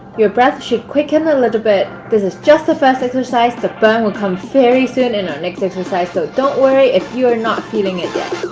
your breath should quicken a little bit this is just the first exercise the burn will come very soon in our next exercise, so don't worry if you are not feeling it yet